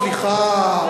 סליחה,